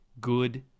good